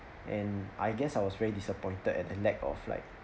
and I guess I was very disappointed and a lack of like